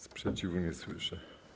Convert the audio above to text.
Sprzeciwu nie słyszę.